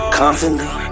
constantly